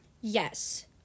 Yes